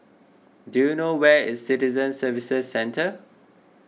do you know where is Citizen Services Centre